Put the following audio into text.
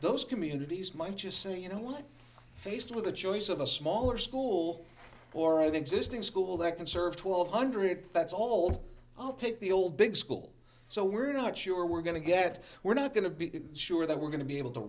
those communities might just say you know what faced with a choice of a smaller school or an existing school that can serve twelve hundred that's all i'll take the old big school so we're not sure we're going to get we're not going to be sure that we're going to be able to